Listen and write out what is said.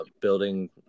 building